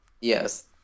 Yes